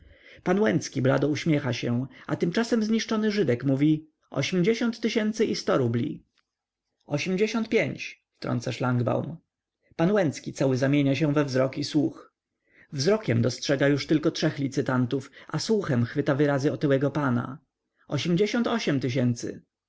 łęcki blado uśmiecha się a tymczasem zniszczony żydek mówi ośmdziesiąt tysięcy i sto rubli ośmdziesiąt pięć wtrąca szlangbaum pan łęcki cały zamienia się we wzrok i słuch wzrokiem dostrzega już tylko trzech licytantów a słuchem chwyta wyrazy otyłego pana ośmdziesiąt ośm tysięcy